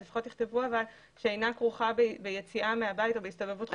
לפחות תכתבו שאינה כרוכה ביציאה מהבית או בהסתובבות.